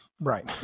Right